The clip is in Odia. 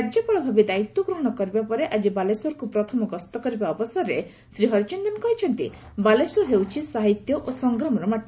ରାଜ୍ୟପାଳ ଭାବେ ଦାୟତ୍ୱ ଗ୍ରହଣ କରିବା ପରେ ଆଜି ବାଲେଶ୍ୱରକୁ ପ୍ରଥମ ଗସ୍ତ କରିବା ଅବସରରେ ଶ୍ରୀ ହରିଚନ୍ଦନ କହିଛନ୍ତି ବାଲେଶ୍ୱର ହେଉଛି ସାହିତ୍ୟ ଓ ସଂଗ୍ରାମର ମାଟି